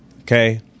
Okay